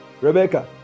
Rebecca